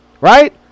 right